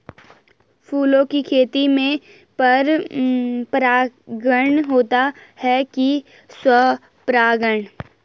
फूलों की खेती में पर परागण होता है कि स्वपरागण?